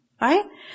Right